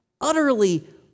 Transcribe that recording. utterly